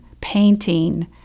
painting